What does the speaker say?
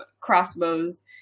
crossbows